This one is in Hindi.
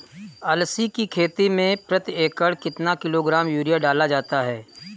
अलसी की खेती में प्रति एकड़ कितना किलोग्राम यूरिया डाला जाता है?